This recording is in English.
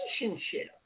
relationship